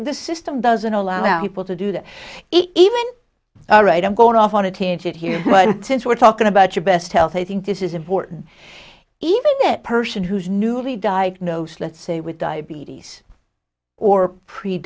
the system doesn't allow people to do that even all right i'm going off on a tangent here but since we're talking about your best health i think this is important even that person who's newly diagnosed let's say with diabetes or pre